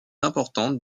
importante